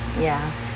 ya